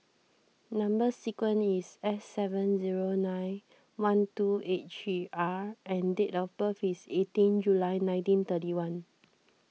Number Sequence is S seven zero nine one two eight three R and date of birth is eighteen July nineteen thirty one